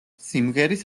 სიმღერის